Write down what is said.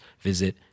visit